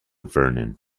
vernon